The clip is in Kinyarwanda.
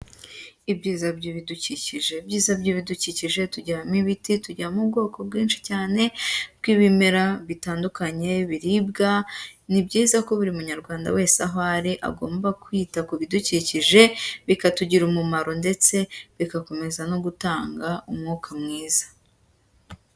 Ibyiza by'ibidukikije, ibyiza by'ibidukikije tugiramo ibiti, tugiramo ubwoko bwinshi cyane bw'ibimera bitandukanye biribwa, ni byiza ko buri Munyarwanda wese aho ari agomba kwita ku bidukikije bikatugirira umumaro, ndetse bigakomeza no gutanga umwuka mwiza.